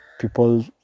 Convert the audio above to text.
people